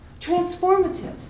transformative